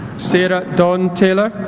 sarah dawn taylor